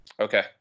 Okay